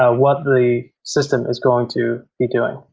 ah what the system is going to be doing.